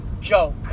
Joke